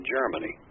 Germany